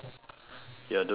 you'll do that as well